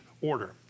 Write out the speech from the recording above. order